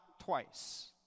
twice